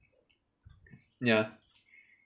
ya